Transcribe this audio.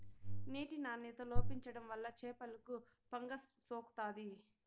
నీటి నాణ్యత లోపించడం వల్ల చేపలకు ఫంగస్ సోకుతాది